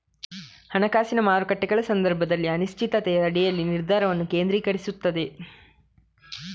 ಹಣಕಾಸಿನ ಮಾರುಕಟ್ಟೆಗಳ ಸಂದರ್ಭದಲ್ಲಿ ಅನಿಶ್ಚಿತತೆಯ ಅಡಿಯಲ್ಲಿ ನಿರ್ಧಾರವನ್ನು ಕೇಂದ್ರೀಕರಿಸುತ್ತದೆ